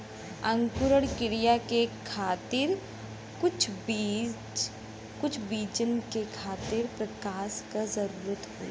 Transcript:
अंकुरण क्रिया के खातिर कुछ बीजन के खातिर प्रकाश क जरूरत होला